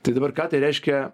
tai dabar ką tai reiškia